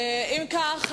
אם כך,